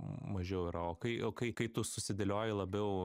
mažiau yra o kai o kai kai tu susidėlioji labiau